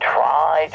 try